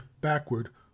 backward